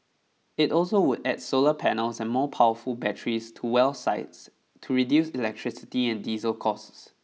it also would add solar panels and more powerful batteries to well sites to reduce electricity and diesel costs